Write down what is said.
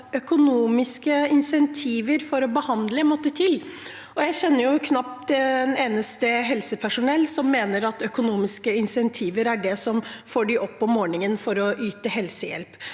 økonomiske insentiver for å behandle måtte til. Jeg kjenner knapt ett eneste helsepersonell som mener at økonomiske insentiver er det som får dem opp om morgenen for å yte helsehjelp.